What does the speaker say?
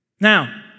Now